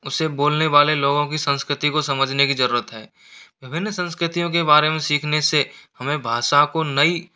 उसे बोलने वाले लोगों की संस्कृति को समझने की ज़रूरत है विभिन्न संस्कृतियों के बारे में सीखने से हमें भाषा को नई